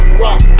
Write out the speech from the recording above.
rock